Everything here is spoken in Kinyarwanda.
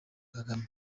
kagame